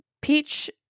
peach